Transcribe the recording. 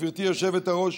גברתי היושבת-ראש,